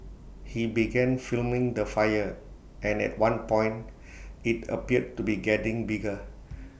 he began filming the fire and at one point IT appeared to be getting bigger